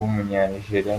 w’umunyanigeriya